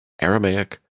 Aramaic